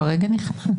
הוא הרגע נכנס.